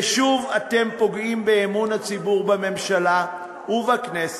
ושוב אתם פוגעים באמון הציבור בממשלה ובכנסת,